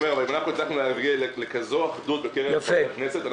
-- להגיע לכזאת אחדות בקרב חברי הכנסת,